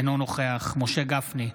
אינו נוכח משה גפני,